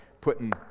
putting